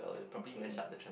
okay